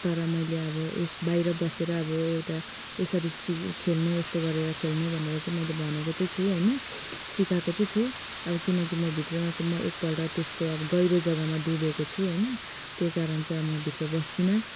तर मैले अब यस बाहिर बसेर अब एउटा यसरी सिक खेल्नु यस्तो गरेर खेल्नु भनेर मैले भनेको चाहिँ छु होइन सिकाएको चाहिँ छु अब किनकि म भित्र म एकपल्ट त्यस्तो गहिरो जग्गामा डुबेको छु होइन त्यही कारण चाहिँ म भित्र बस्दिनँ